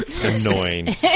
annoying